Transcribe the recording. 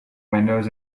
windows